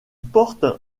porte